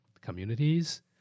communities